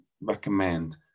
recommend